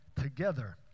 together